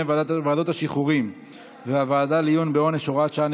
ועדות השחרורים והוועדה לעיון בעונש (הוראת שעה,